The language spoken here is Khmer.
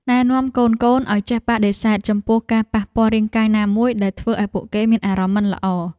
ណែនាំកូនៗឱ្យចេះបដិសេធចំពោះការប៉ះពាល់រាងកាយណាមួយដែលធ្វើឱ្យពួកគេមានអារម្មណ៍មិនល្អ។